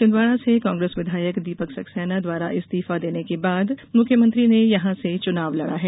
छिंदवाड़ा से कांग्रेस विधायक दीपक सक्सेना द्वारा इस्तीफा देने के बाद मुख्यमंत्री ने यहां से चुनाव लड़ा है